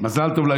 מזל טוב.